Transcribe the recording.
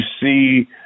see